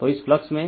तो इस फ्लक्स में